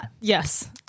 yes